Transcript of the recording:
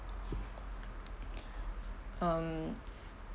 um